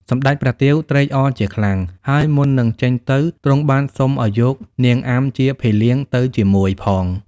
សម្តេចព្រះទាវត្រេកអរជាខ្លាំង ហើយមុននឹងចេញទៅ ទ្រង់បានសុំឲ្យយកនាងអាំជាភីលៀងទៅជាមួយផង។